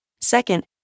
Second